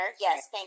yes